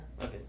Okay